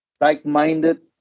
like-minded